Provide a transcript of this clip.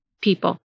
people